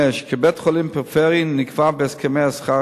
כבית-חולים פריפרי נקבע בהסכמי השכר